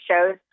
shows